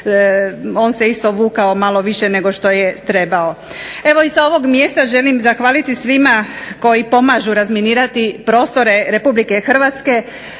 on se isto vukao malo više nego što je trebao. Evo, sa ovog mjesta želim zahvaliti svima koji pomažu razminirati prostore Republike Hrvatske,